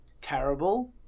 terrible